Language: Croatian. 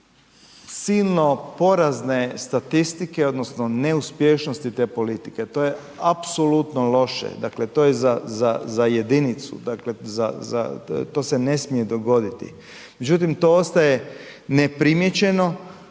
silno porazne statistike odnosno neuspješnosti te politike. To je apsolutno loše, to je za jedinicu, to se ne smije dogoditi. Međutim to ostaje neprimijećeno,